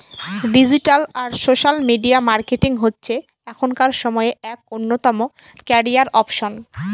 digital আর social media marketing হচ্ছে এখনকার সময়ে এক অন্যতম ক্যারিয়ার অপসন